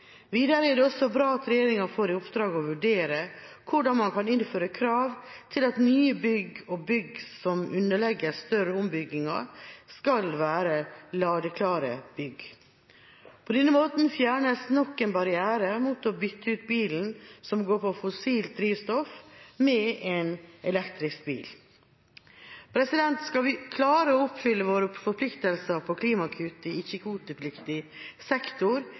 Videre er det også bra at regjeringa får i oppdrag å vurdere hvordan man kan innføre krav til at nye bygg og bygg som underlegges større ombygginger, skal være ladeklare bygg. På denne måten fjernes nok en barriere mot å bytte ut bil som går på fossilt drivstoff, med en elektrisk bil. Skal vi klare å oppfylle våre forpliktelser på klimakutt i ikkekvotepliktig sektor,